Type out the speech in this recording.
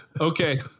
Okay